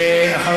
הכנסת.